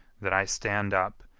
that i stand up,